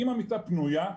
אם המיטה פנויה,